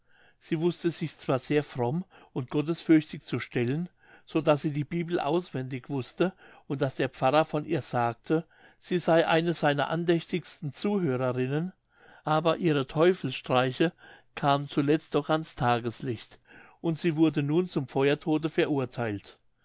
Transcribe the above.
sie wußte sich zwar sehr fromm und gottesfürchtig zu stellen so daß sie die bibel auswendig wußte und daß der pfarrer von ihr sagte sie sey eine seiner andächtigsten zuhörerinen aber ihre teufelsstreiche kamen zuletzt doch an das tageslicht und sie wurde nun zum feuertode verurtheilt